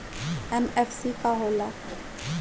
MFC का होला?